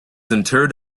interred